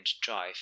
drive